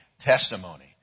testimony